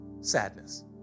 sadness